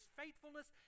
faithfulness